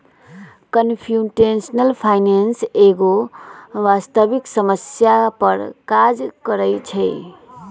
computational finance एगो वास्तविक समस्या पर काज करइ छै